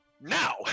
Now